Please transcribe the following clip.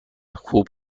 خوب